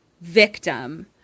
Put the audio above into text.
victim